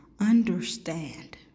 understand